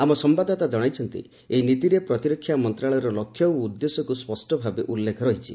ଆମ ସମ୍ଭାଦଦାତା ଜଣାଇଛନ୍ତି ଏହି ନୀତିରେ ପ୍ରତିରକ୍ଷା ମନ୍ତ୍ରଶାଳୟର ଲକ୍ଷ୍ୟ ଓ ଉଦ୍ଦେଶ୍ୟକୁ ସ୍କଷ୍ଟଭାବେ ଉଲ୍ଲେଖ ରହିଛି